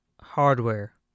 hardware